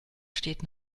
steht